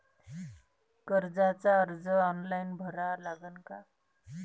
कर्जाचा अर्ज ऑनलाईन भरा लागन का?